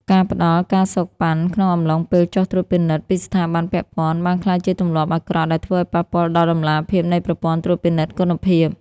ការផ្ដល់ ការសូកប៉ាន់ ក្នុងអំឡុងពេលចុះត្រួតពិនិត្យពីស្ថាប័នពាក់ព័ន្ធ បានក្លាយជាទម្លាប់អាក្រក់ដែលធ្វើឱ្យប៉ះពាល់ដល់តម្លាភាពនៃប្រព័ន្ធត្រួតពិនិត្យគុណភាព។